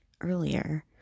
earlier